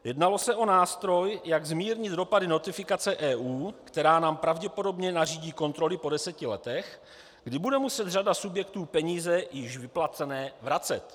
Jednalo se o nástroj, jak zmírnit dopady notifikace EU, která nám pravděpodobně nařídí kontroly po deseti letech, kdy bude muset řada subjektů peníze již vyplacené vracet.